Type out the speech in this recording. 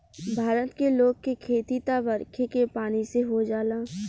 भारत के लोग के खेती त बरखे के पानी से हो जाला